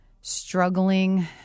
struggling